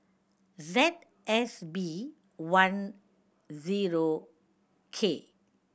Z S B one zero K